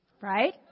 right